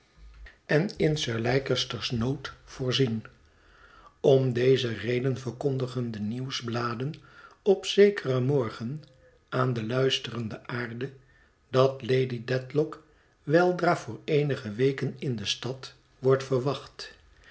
en in sir leicester's nood voorzien om deze reden verkondigen de nieuwsbladen op zekeren morgen aan de luisterende aarde dat lady dedlock weldra voor eenige weken in de stad wordt verwacht